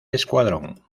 escuadrón